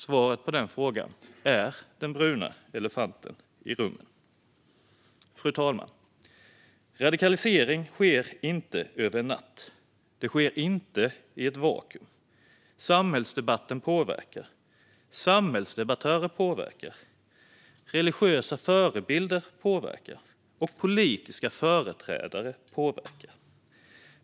Svaret på den frågan är den bruna elefanten i rummet. Fru talman! Radikalisering sker inte över en natt, och det sker inte i ett vakuum. Samhällsdebatten påverkar. Samhällsdebattörer påverkar, religiösa förebilder påverkar och politiska företrädare påverkar.